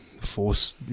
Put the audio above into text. force